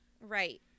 Right